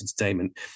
entertainment